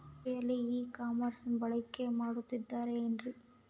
ಕೃಷಿಯಲ್ಲಿ ಇ ಕಾಮರ್ಸನ್ನ ಬಳಕೆ ಮಾಡುತ್ತಿದ್ದಾರೆ ಏನ್ರಿ?